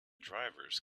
drivers